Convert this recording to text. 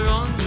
on